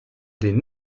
des